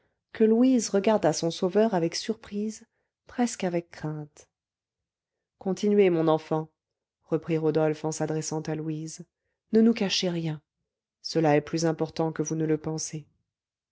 que louise regarda son sauveur avec surprise presque avec crainte continuez mon enfant reprit rodolphe en s'adressant à louise ne nous cachez rien cela est plus important que vous ne le pensez